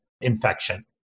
infection